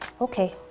Okay